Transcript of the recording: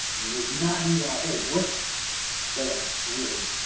i mean, there's not even a whole brick there really,